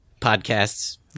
podcasts